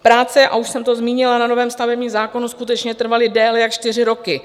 Práce, a už jsem to zmínila, na novém stavebním zákonu skutečně trvaly déle jak čtyři roky.